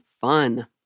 fun